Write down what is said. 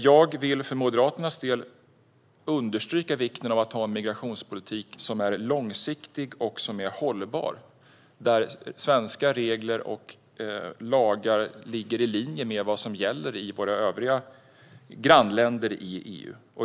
Jag vill för Moderaternas del understryka vikten av att ha en migrationspolitik som är långsiktig och hållbar och där svenska regler och lagar ligger i linje med vad som gäller i våra grannländer i EU.